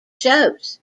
shows